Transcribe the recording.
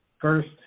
First